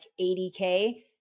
80K